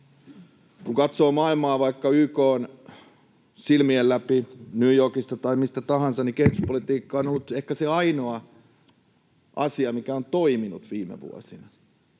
Kun katsoo maailmaa vaikka YK:n silmien läpi New Yorkista tai mistä tahansa, niin kehityspolitiikka on ollut ehkä se ainoa asia, mikä on toiminut viime vuosina,